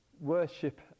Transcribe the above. worship